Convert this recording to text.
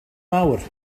mawr